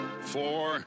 four